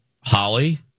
Holly